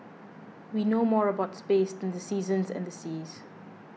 we know more about space than the seasons and the seas